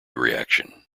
reaction